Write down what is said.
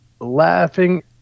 laughing